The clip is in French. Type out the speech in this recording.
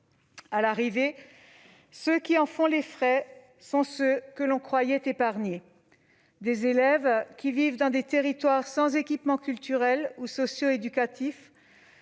À l'arrivée, ceux qui en font les frais sont ceux que l'on croyait épargnés : des élèves qui vivent dans des territoires sans équipements culturels ou socio-éducatifs,